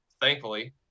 thankfully